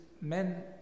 men